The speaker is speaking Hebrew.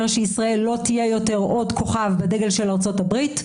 שישראל לא תהיה יותר עוד כוכב בדגל של ארצות הברית,